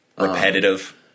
Repetitive